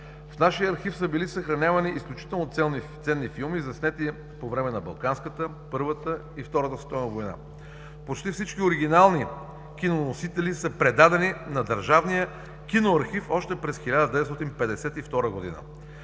В нашия архив са били съхранявани изключително ценни филми, заснети по време на Балканската, Първата и Втората световна война. Почти всички оригинални кино носители са предадени на Държавния киноархив още през 1952 г.